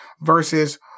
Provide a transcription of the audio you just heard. versus